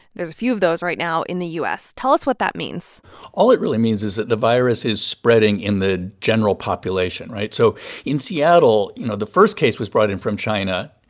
there's a few of those right now in the u s. tell us what that means all it really means is that the virus is spreading in the general population, right? so in seattle, you know, the first case was brought in from china,